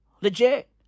Legit